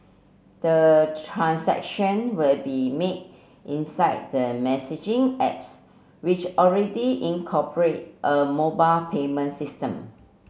the transaction will be made inside the messaging apps which already incorporate a mobile payment system